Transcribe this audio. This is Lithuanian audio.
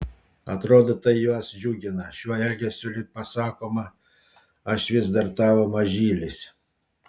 atrodo tai juos džiugina šiuo elgesiu lyg pasakoma aš vis dar tavo mažylis